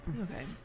Okay